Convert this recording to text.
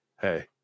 hey